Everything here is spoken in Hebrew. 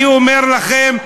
אני אומר לכם: